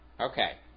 Okay